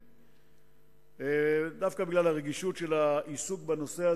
בכל מקרה, האינווסטיגציה והחקירה סביב הפיגוע